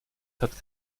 hat